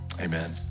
Amen